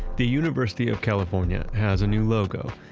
the university of california has a new logo,